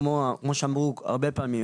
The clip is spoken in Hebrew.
כמו שאמרו הרבה פעמים,